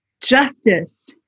justice